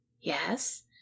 Yes